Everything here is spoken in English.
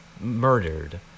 Murdered